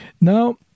Now